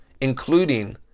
including